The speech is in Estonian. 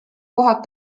kohad